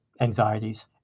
anxieties